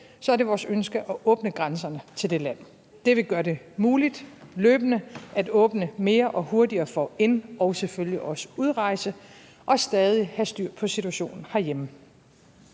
er det vores ønske at åbne grænserne til det land. Det vil gøre det muligt løbende at åbne mere og hurtigere for indrejse og selvfølgelig også udrejse og stadig have styr på situationen herhjemme.